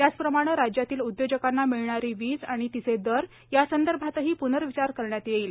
त्याचप्रमाणे राज्यातील उद्योजकांना मिळणारी वीज आणि तिचे दर यासंदर्भातही पुनर्विचार करण्यात येईल